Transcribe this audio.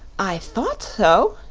i thought so,